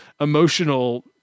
emotional